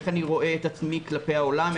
איך אני רואה את עצמי כלפי העולם,